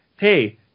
hey